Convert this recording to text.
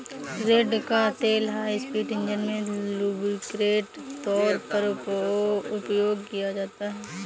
रेड़ का तेल high speed engine में लुब्रिकेंट के तौर पर उपयोग किया जाता है